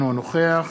אינו נוכח